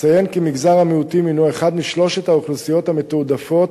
אציין כי מגזר המיעוטים הינו אחת משלוש האוכלוסיות המתועדפות